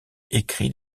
écrit